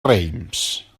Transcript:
reims